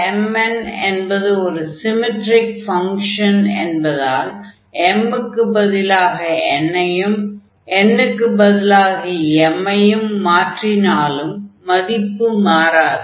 Bmn என்பது ஒரு symmetric function என்பதால் m க்குப் பதிலாக n ஐயும் n க்குப் பதிலாக m ஐயும் மாற்றினாலும் மதிப்பு மாறாது